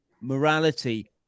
morality